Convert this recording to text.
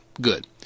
good